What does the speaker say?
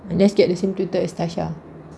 unless get the same tutor as tasha